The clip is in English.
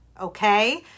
Okay